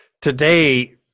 Today